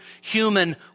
human